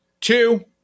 two